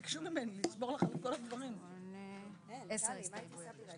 עשר הסתייגויות.